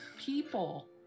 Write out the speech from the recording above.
People